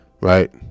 right